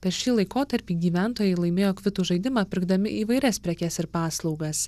per šį laikotarpį gyventojai laimėjo kvitų žaidimą pirkdami įvairias prekes ir paslaugas